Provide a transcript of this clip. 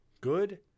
good